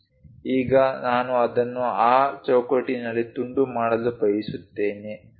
ಈಗ ನಾನು ಅದನ್ನು ಆ ಚೌಕಟ್ಟಿನಲ್ಲಿ ತುಂಡು ಮಾಡಲು ಬಯಸುತ್ತೇನೆ